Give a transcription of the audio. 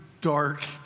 dark